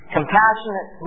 Compassionate